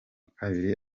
kabiri